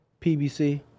PBC